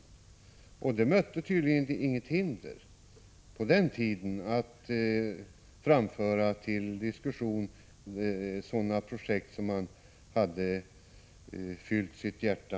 På den tiden mötte det tydligen inget hinder att ta upp sådana projekt till diskussion som man kände för.